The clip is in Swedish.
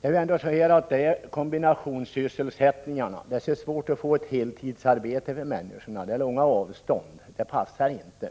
När det gäller kombinationssysselsättningar vill jag säga att det är svårt att få ett heltidsarbete i glesbygden. Avstånden är långa och det är många förhållanden som inte passar in.